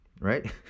right